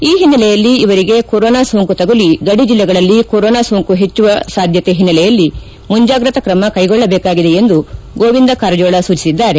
ಈ ಹಿನ್ನೆಲೆಯಲ್ಲಿ ಇವರಿಗೆ ಕೊರೊನಾ ಸೊಂಕು ತಗುಲಿ ಗಡಿ ಜಲ್ಲೆಗಳಲ್ಲಿ ಕೊರೊನಾ ಸೋಂಕು ಹೆಚ್ಚುವ ಸಾಧ್ಯತೆ ಹಿನ್ನೆಲೆಯಲ್ಲಿ ಮುಂಜಾಗ್ರತಾ ಕ್ರಮ ಕೈಗೊಳ್ಳಬೇಕಾಗಿದೆ ಎಂದು ಗೋವಿಂದ ಕಾರಜೋಳ ಸೂಚಿಸಿದ್ದಾರೆ